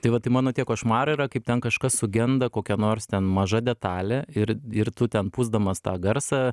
tai va tai mano tie košmarai yra kaip ten kažkas sugenda kokia nors ten maža detalė ir ir tu ten pūsdamas tą garsą